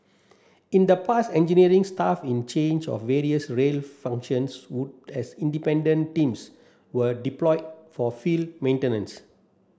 in the past engineering staff in change of various rail functions would as independent teams were deployed for field maintenance